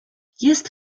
jest